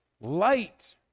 light